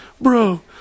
bro